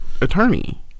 attorney